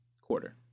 quarter